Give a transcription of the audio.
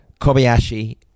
Kobayashi